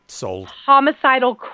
homicidal